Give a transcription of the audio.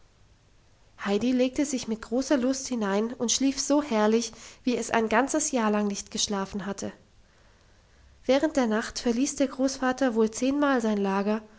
heidi legte sich mit großer lust hinein und schlief so herrlich wie es ein ganzes jahr lang nicht geschlafen hatte während der nacht verließ der großvater wohl zehnmal sein lager